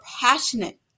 passionate